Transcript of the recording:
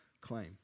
claim